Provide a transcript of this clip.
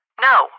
No